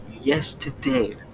yesterday